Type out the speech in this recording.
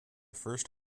first